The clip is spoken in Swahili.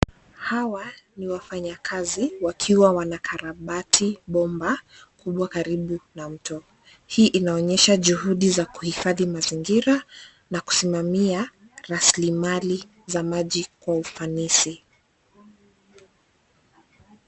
Hawa ni wafanya kazi wakiwa wanakarabati bomba kubwa karibu na mto. Hii inaonyesha juhudi za kuhifadhi mazingira na kusimamia rasilimali za maji kwa ufanisi.